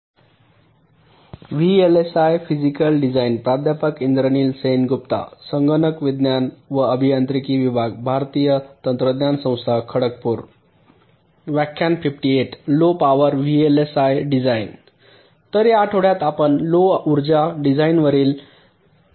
तर या आठवड्यात आम्ही लो उर्जा डिझाइनवरील काही चर्चेसह प्रारंभ करणार आहोत